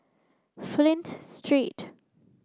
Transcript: Flint Street